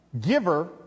giver